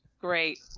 Great